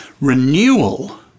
renewal